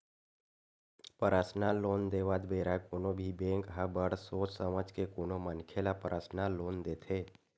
personal loan देवत बेरा कोनो भी बेंक ह बड़ सोच समझ के कोनो मनखे ल परसनल लोन देथे